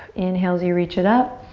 inhale as you reach it up.